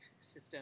system